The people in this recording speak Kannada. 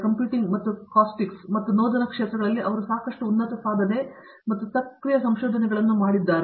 ಕಂಪ್ಯೂಟಿಂಗ್ ಮತ್ತು ಕಾಸ್ಟಿಕ್ಸ್ ಮತ್ತು ನೋದನ ಕ್ಷೇತ್ರಗಳಲ್ಲಿ ಅವರು ಸಾಕಷ್ಟು ಉನ್ನತ ಸಾಧನೆ ಮತ್ತು ಸಕ್ರಿಯ ಸಂಶೋಧನೆಗಳನ್ನು ಮಾಡುತ್ತಾರೆ